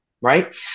Right